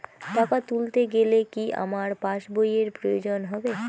টাকা তুলতে গেলে কি আমার পাশ বইয়ের প্রয়োজন হবে?